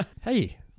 Hey